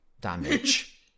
damage